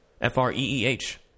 F-R-E-E-H